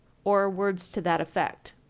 or words to that effect.